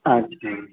अच्छा